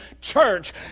church